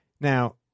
Now